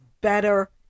better